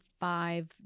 five